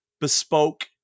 bespoke